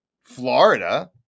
Florida